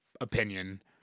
opinion